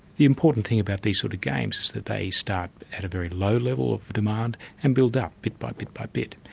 the important thing about these sort of games is that they start at a very low level of demand and build up, bit by bit, by bit.